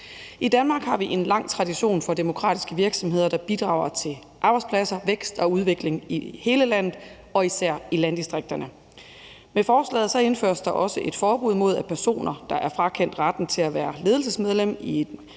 I Danmark har vi en lang tradition for demokratiske virksomheder, der bidrager til arbejdspladser, vækst og udvikling i hele landet og især i landdistrikterne. Med forslaget indføres der også et forbud mod, at personer, der er frakendt retten til at være ledelsesmedlem i et